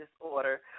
disorder